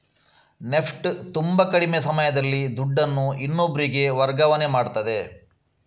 NEFT ತುಂಬಾ ಕಡಿಮೆ ಸಮಯದಲ್ಲಿ ದುಡ್ಡನ್ನು ಇನ್ನೊಬ್ರಿಗೆ ವರ್ಗಾವಣೆ ಮಾಡ್ತದೆ